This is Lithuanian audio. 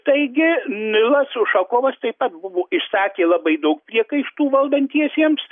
taigi nilas ušakovas taip pat buvo išsakė labai daug priekaištų valdantiesiems